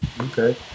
Okay